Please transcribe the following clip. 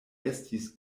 estis